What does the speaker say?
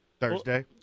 Thursday